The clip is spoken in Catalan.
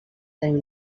tenir